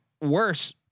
worse